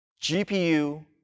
GPU